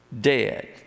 dead